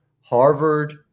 Harvard